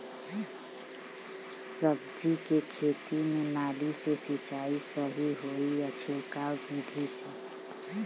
सब्जी के खेती में नाली से सिचाई सही होई या छिड़काव बिधि से?